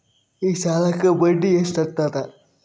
ಈ ಸಾಲಕ್ಕ ಬಡ್ಡಿ ಎಷ್ಟ ಹತ್ತದ?